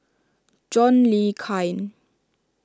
John Le Cain